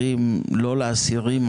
אני מעוניין לדעת מה הסיפור הזה,